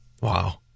Wow